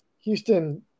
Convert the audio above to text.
Houston